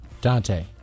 Dante